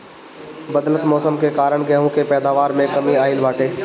बदलत मौसम के कारण गेंहू के पैदावार में कमी आइल बाटे